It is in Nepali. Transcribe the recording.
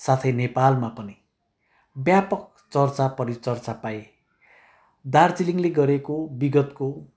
साथै नेपालमा पनि व्यापक चर्चा परिचर्चा पाए दार्जिलिङले गरेको विगतको